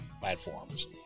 platforms